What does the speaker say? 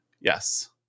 Yes